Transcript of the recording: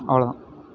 அவ்வளோதான்